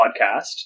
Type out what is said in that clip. podcast